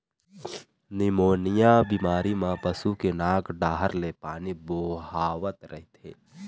pneumonia बेमारी म पशु के नाक डाहर ले पानी बोहावत रहिथे